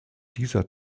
dieser